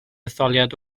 etholiad